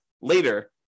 later